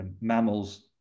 mammals